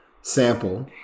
sample